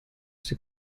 sie